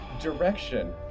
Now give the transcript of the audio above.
direction